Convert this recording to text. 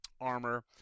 armor